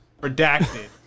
redacted